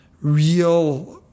real